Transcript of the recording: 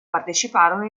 parteciparono